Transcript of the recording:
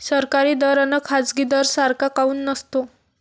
सरकारी दर अन खाजगी दर सारखा काऊन नसतो?